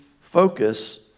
focus